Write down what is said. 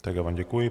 Tak já vám děkuji.